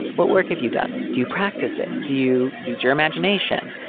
what work have you done? do you practice it? do you use your imagination?